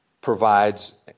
provides